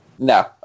No